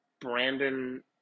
Brandon